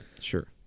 Sure